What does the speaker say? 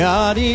God